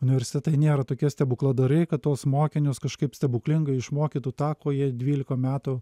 universitetai nėra tokie stebukladariai kad tuos mokinius kažkaip stebuklingai išmokytų tą ko jie dvylika metų